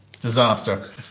disaster